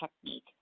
technique